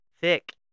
thick